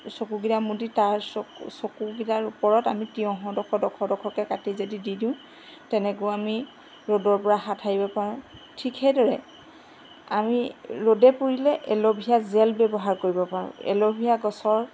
চকু কেইটা মুদি তাৰ চকুকেইটাৰ ওপৰত আমি তিয়ঁহৰ ডোখৰ ডোখৰকৈ কাটি যদি দি দিওঁ তেনেকৈ আমি ৰ'দৰপৰা হাত সাৰিব পাৰোঁ ঠিক সেইদৰে আমি ৰ'দে পুৰিলে এলোভেৰা জেল ব্যৱহাৰ কৰিব পাৰোঁ এলোভেৰা গছৰ